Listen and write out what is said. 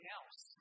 else